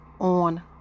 on